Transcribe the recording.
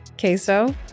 Queso